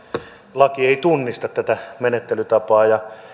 laki ei tunnista tätä menettelytapaa